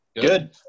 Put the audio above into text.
Good